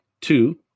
two